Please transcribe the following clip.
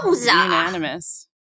Unanimous